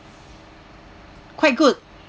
quite good